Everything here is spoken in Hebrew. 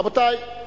רבותי,